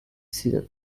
season